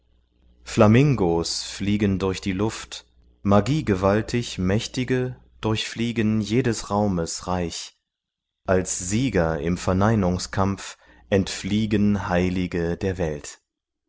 flamingos fliegen durch die luft magiegewaltig mächtige durchfliegen jedes raumes reich als sieger im verneinungskampf entfliegen heilige der welt